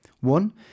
One